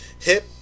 hip